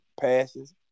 passes